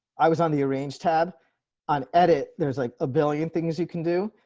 i was on the range tab on edit. there's like a billion things you can do,